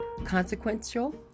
consequential